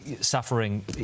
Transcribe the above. suffering